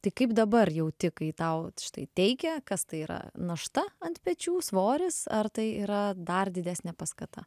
tai kaip dabar jauti kai tau štai teigia kas tai yra našta ant pečių svoris ar tai yra dar didesnė paskata